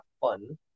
fun